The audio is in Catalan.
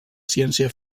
ciència